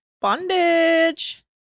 Bondage